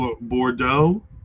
Bordeaux